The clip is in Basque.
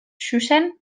xuxen